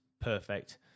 Perfect